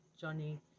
Johnny